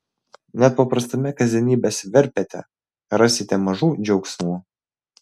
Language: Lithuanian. net paprastame kasdienybės verpete rasite mažų džiaugsmų